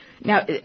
Now